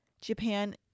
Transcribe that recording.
japan